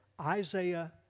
Isaiah